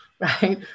right